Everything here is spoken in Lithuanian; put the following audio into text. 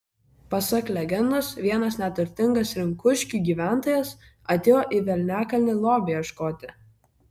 pasak legendos vienas neturtingas rinkuškių gyventojas atėjo į velniakalnį lobio ieškoti